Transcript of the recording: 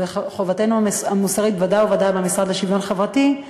זו חובתנו המוסרית ודאי וודאי במשרד לשוויון חברתי,